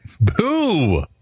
Boo